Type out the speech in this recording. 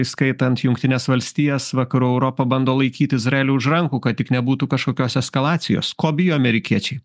įskaitant jungtines valstijas vakarų europą bando laikyt izraelį už rankų kad tik nebūtų kažkokios eskalacijos ko bijo amerikiečiai